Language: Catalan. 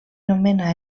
nomena